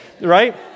right